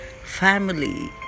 family